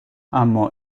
اما